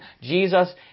Jesus